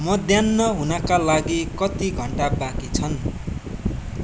मध्यान्न हुनका लागि कति घन्टा बाँकी छन्